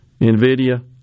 NVIDIA